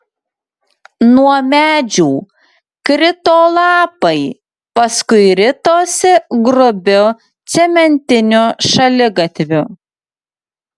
nuo medžių krito lapai paskui ritosi grubiu cementiniu šaligatviu